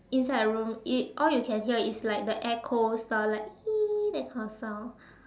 inside the room it all you can hear is like the the air cool sound like that kind of sound